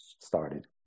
started